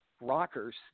rockers